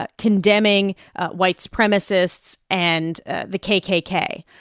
ah condemning ah white supremacists and the kkk.